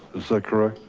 is that correct?